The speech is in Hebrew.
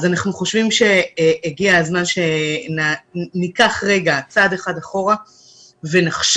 אנחנו חושבים שהגיע הזמן שניקח צעד אחד אחורה ונחשוב